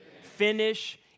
Finish